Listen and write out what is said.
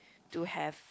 to have